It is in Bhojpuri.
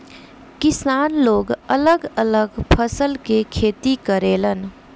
किसान लोग अलग अलग फसल के खेती करेलन